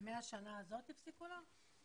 זה מהשנה הזאת הפסיקו לך את תוספת הזמן?